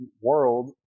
world